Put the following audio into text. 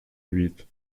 huit